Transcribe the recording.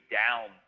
down